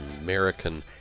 American